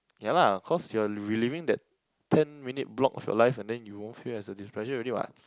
ya lah cause you're reliving that ten minute block of your life and then you won't feel as a displeasure already what